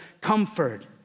comfort